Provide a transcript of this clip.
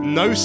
no